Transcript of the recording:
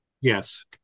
yes